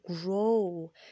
grow